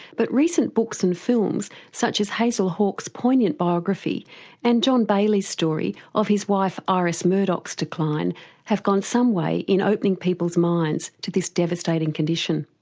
but recent books and films such as hazel hawke's poignant biography and john bailey's story of his wife ah iris murdoch's decline have gone some way in opening people's minds to this devastating condition